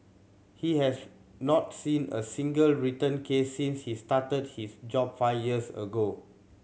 he has not seen a single return case since he started his job five years ago